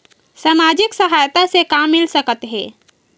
सामाजिक सहायता से का मिल सकत हे?